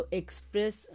express